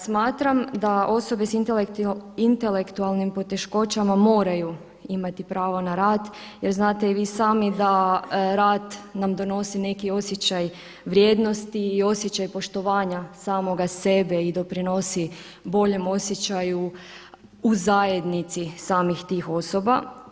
Smatram da osobe s intelektualnim poteškoćama moraju imati pravo na rad jer znate i vi sami da nam rad donosi neki osjećaj vrijednosti, osjećaj poštovanja samoga sebe i doprinosi boljem osjećaju u zajednici samih tih osoba.